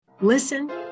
Listen